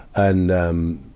and, um,